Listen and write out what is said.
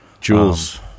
Jules